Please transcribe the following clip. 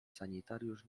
sanitariusz